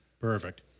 Perfect